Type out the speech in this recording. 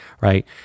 right